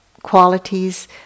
qualities